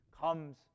comes